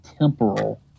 temporal